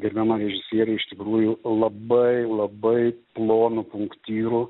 gerbiama režisierė iš tikrųjų labai labai plonu punktyru